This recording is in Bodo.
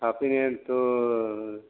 थाफैनायाथ'